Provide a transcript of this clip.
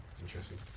Interesting